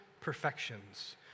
perfections